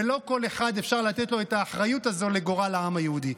ולא לכל אחד אפשר לתת את האחריות הזו לגורל העם היהודי.